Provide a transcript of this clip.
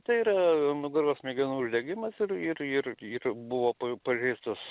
tai yra nugaros smegenų uždegimas ir ir ir ir buvo pa pažeistos